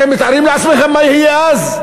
אתם מתארים לעצמכם מה יהיה אז?